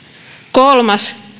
kolmas